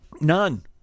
none